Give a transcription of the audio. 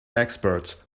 expert